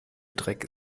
dreck